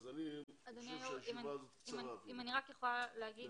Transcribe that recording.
אדוני היושב-ראש, אם אני רק יכולה להגיד.